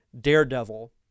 daredevil